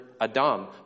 Adam